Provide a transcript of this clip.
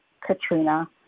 Katrina